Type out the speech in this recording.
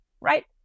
Right